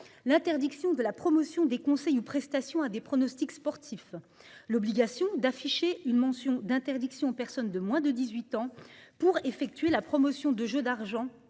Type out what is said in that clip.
l'interdiction de la promotion des conseils ou prestations de pronostics sportifs, l'obligation d'afficher une mention d'interdiction aux personnes de moins de 18 ans pour promouvoir des jeux d'argent